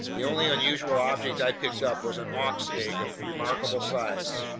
the only unusual object i picked up was an auk's egg of remarkable size,